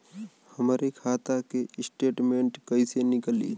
हमरे खाता के स्टेटमेंट कइसे निकली?